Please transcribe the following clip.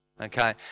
okay